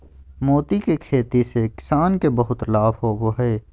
मोती के खेती से किसान के बहुत लाभ होवो हय